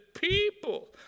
people